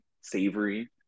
savory